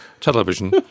television